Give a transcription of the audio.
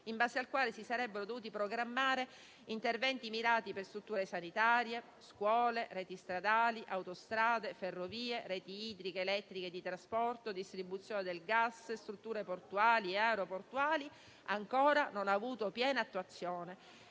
in base al quale si sarebbero dovuti programmare interventi mirati per strutture sanitarie, scuole, reti stradali, autostrade, ferrovie, reti idriche, elettriche e di trasporto, distribuzione del gas, strutture portuali e aeroportuali - ancora non ha avuto piena attuazione.